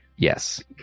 Yes